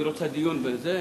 אם היא רוצה דיון בזה,